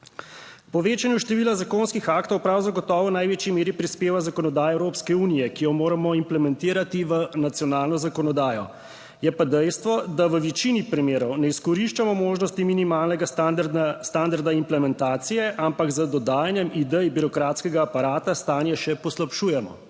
povečanju števila zakonskih aktov prav zagotovo v največji meri prispeva zakonodaja Evropske unije, ki jo moramo implementirati v nacionalno zakonodajo, je pa dejstvo, da v večini primerov ne izkoriščamo možnosti minimalnega standarda implementacije, ampak z dodajanjem idej birokratskega aparata stanje še poslabšujemo.